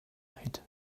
hit